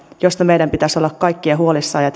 josta meidän pitäisi olla kaikkien huolissamme ja